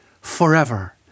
forever